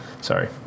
Sorry